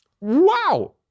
Wow